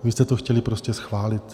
Vy jste to chtěli prostě schválit.